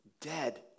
dead